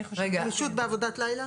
גמישות בעבודת לילה?